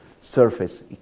surface